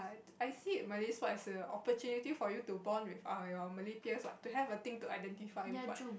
I see Malay sport as a opportunity for you to bond with err your Malay peers what to have a thing to identify with what